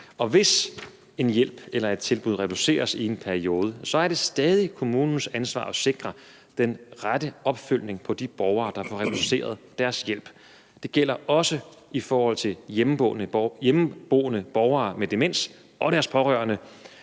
Hvis en hjælp eller et tilbud reduceres i en periode, er det stadig kommunens ansvar at sikre den rette opfølgning på de borgere, der får reduceret deres hjælp. Det gælder jo også i forhold til hjemmeboende borgere med demens og deres pårørende,